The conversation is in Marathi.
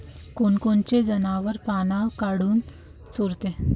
कोनकोनचे जनावरं पाना काऊन चोरते?